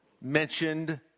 mentioned